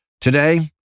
today